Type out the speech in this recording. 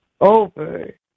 over